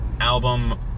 album